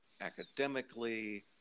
academically